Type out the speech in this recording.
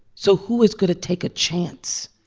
so who is going to take a chance?